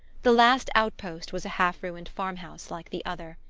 the last outpost was a half-ruined farmhouse like the other.